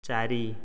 ଚାରି